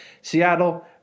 Seattle